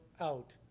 out